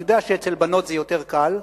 אני יודע שאצל בנות זה יותר קל,